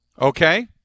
okay